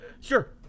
sure